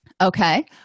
okay